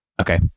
Okay